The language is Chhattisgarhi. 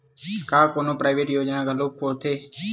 का कोनो प्राइवेट योजना घलोक होथे?